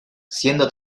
siendo